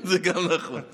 זה גם נכון.